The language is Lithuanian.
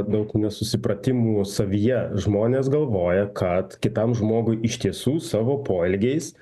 daug nesusipratimų savyje žmonės galvoja kad kitam žmogui iš tiesų savo poelgiais